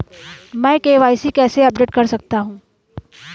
मैं के.वाई.सी कैसे अपडेट कर सकता हूं?